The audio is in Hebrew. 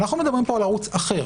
אנחנו מדברים פה על ערוץ אחר,